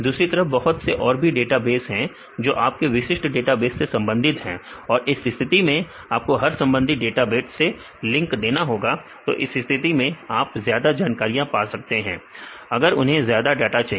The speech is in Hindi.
दूसरी तरफ बहुत से और भी डेटाबेस हैं जो कि आप के विशिष्ट डेटाबेस से संबंधित हैं और इस स्थिति में आपको हर संबंधित डेटाबेस से लिंक देना होगा तो इस स्थिति में आप ज्यादा जानकारियां पा सकते हैं अगर उन्हें ज्यादा डाटा चाहिए